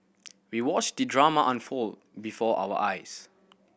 we watched the drama unfold before our eyes